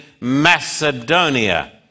Macedonia